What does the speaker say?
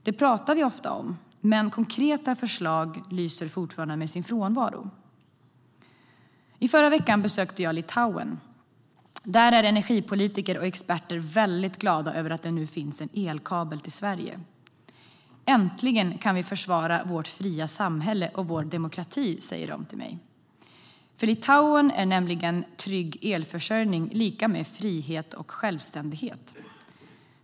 Det pratar vi ofta om, men konkreta förslag lyser fortfarande med sin frånvaro. I förra veckan besökte jag Litauen. Där är energipolitiker och experter väldigt glada över att det nu finns en elkabel till Sverige. Äntligen kan vi försvara vårt fria samhälle och vår demokrati, säger de till mig. För Litauen är nämligen trygg elförsörjning lika med frihet och självständighet.